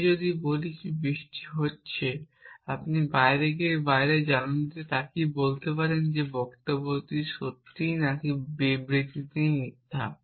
আমি যদি বলি বৃষ্টি হচ্ছে আপনি বাইরে গিয়ে বাইরের জানালার দিকে তাকিয়ে বলতে পারেন যে বক্তব্যটি সত্য নাকি বিবৃতিটি মিথ্যা